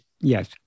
yes